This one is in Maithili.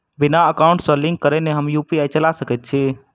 बिना एकाउंट सँ लिंक करौने हम यु.पी.आई चला सकैत छी?